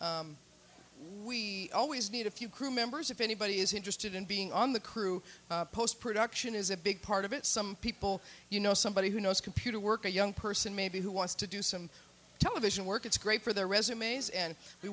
ok we always need a few crew members if anybody is interested in being on the crew postproduction is a big part of it some people you know somebody who knows computer work a young person maybe who wants to do some television work it's great for their resumes and we